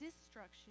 destruction